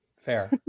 Fair